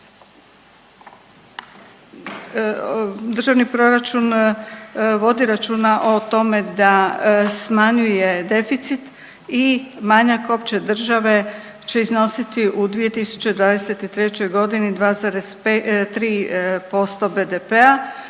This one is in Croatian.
državni proračun vodi računa o tome da smanjuje deficit i manjak opće države će iznositi u 2023. godini 2,3% BDP-a,